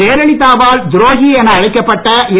ஜெயலலிதாவால் துரோகி என அழைக்கப்பட்ட என்